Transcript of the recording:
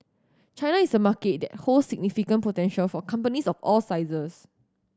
China is a market that holds significant potential for companies of all sizes